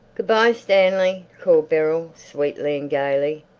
good-bye, stanley, called beryl, sweetly and gaily.